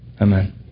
Amen